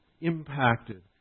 impacted